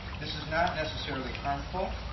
this is not necessarily harmful,